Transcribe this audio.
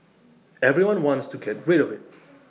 everyone wants to get rid of IT